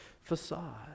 facade